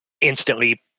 instantly